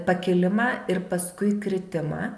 pakilimą ir paskui kritimą